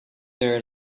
their